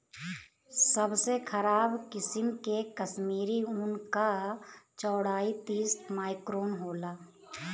सबसे खराब किसिम के कश्मीरी ऊन क चौड़ाई तीस माइक्रोन होला